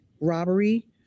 robbery